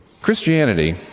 Christianity